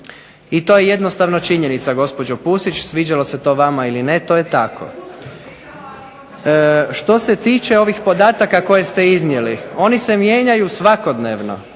I to jednostavno činjenica, gospođo Pusić sviđalo se to vama ili ne, to je tako. Što se tiče ovih podataka koje ste iznijeli, oni se mijenjaju svakodnevno.